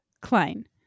Klein